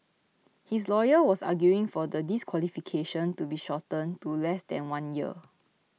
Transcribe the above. his lawyer was arguing for the disqualification to be shortened to less than one year